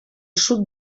sud